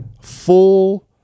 full